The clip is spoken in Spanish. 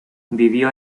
vivió